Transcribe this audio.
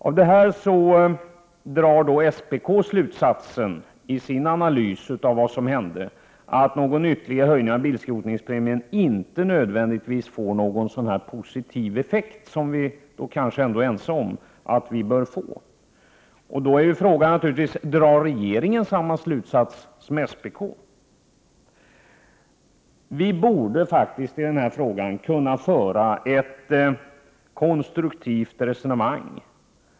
Av detta drar SPK den slutsatsen i sin analys av vad som hänt att någon ytterligare höjning av bilskrotningspremien inte nödvändigtvis får den positiva effekt vars önskvärdhet vi väl är ense om. Då är frågan: Drar regeringen samma slutsats som SPK? Vi borde faktiskt i den här frågan kunna föra ett konstruktivt resonemang.